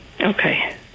Okay